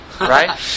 right